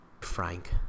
frank